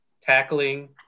tackling